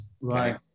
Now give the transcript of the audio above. right